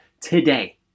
today